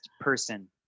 person